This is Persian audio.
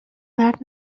مرد